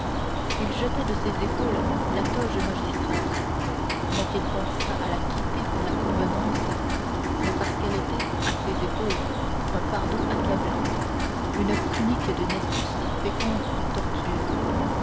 il jeta de ses épaules la toge magistrale non qu'il pensât à la quitter pour la convenance mais parce qu'elle était à ses épaules un fardeau accablant une tunique de nessus féconde en tortures